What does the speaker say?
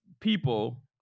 people